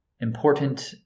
important